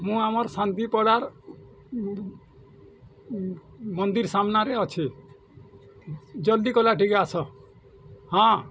ମୁଁ ଆମର୍ ଶାନ୍ତି ପଡ଼ାର୍ ମନ୍ଦିର୍ ସାମ୍ନାରେ ଅଛି ଜଲ୍ଦି କଲା ଟିକେ ଆସ ହଁ